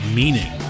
meaning